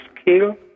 skill